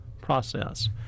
process